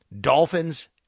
Dolphins